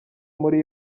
muri